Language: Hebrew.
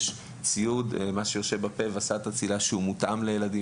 יש ציוד מותאם לילדים,